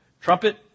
trumpet